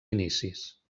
inicis